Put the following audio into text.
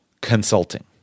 consulting